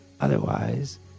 Otherwise